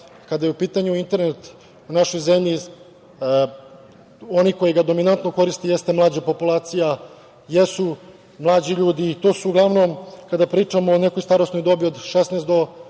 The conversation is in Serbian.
kada je u pitanju internet u našoj zemlji, oni koji ga dominantno koriste su mlađa populacija, jesu mlađi ljudi i to su uglavnom kada pričamo o nekoj starosnoj dobi od 16 do 24